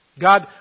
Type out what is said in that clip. God